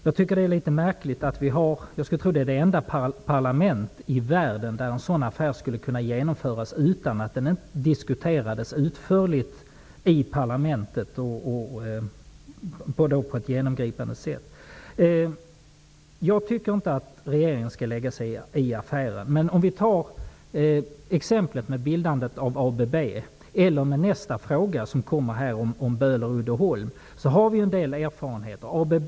Jag tror att detta är det enda land i världen där en sådan här affär skulle kunna genomföras utan att den diskuteras utförligt och genomgripande i parlamentet. Jag tycker inte att regeringen skall lägga sig i affären. Låt oss ta exemplet med bildandet av ABB, eller Böhler-Uddeholm som tas upp i en annan fråga. Vi har en del erfarenheter från dessa.